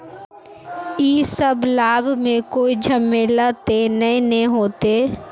इ सब लाभ में कोई झमेला ते नय ने होते?